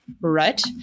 right